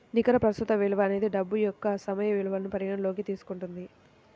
నికర ప్రస్తుత విలువ అనేది డబ్బు యొక్క సమయ విలువను పరిగణనలోకి తీసుకుంటుంది